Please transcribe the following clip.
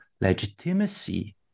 legitimacy